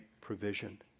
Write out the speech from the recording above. provision